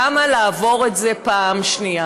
למה לעבור את זה פעם שנייה?